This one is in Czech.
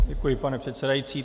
Děkuji, pane předsedající.